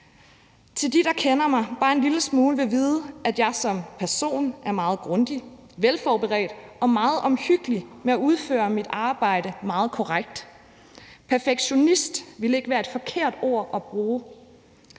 jer. De, der kender mig bare en lille smule, vil vide, at jeg som person er meget grundig, velforberedt og meget omhyggelig med at udføre mit arbejde meget korrekt. Perfektionist ville ikke være et forkert ord at bruge.